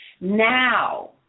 Now